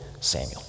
Samuel